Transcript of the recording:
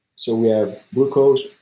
so we have glucose,